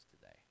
today